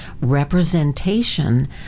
representation